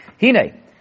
Hine